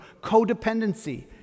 Codependency